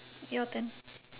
your turn